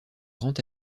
grand